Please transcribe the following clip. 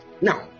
now